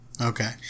Okay